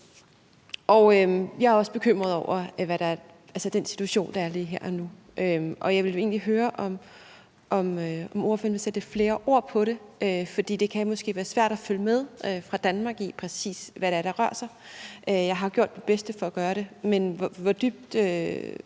Jeg er også bekymret over den situation, der er lige her og nu, og jeg vil egentlig høre, om ordføreren vil sætte lidt flere ord på det, for det kan måske være svært fra Danmarks side at følge med i, præcis hvad der rører sig. Jeg har gjort mit bedste for at gøre det, men hvor dybt